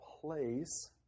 place